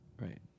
Right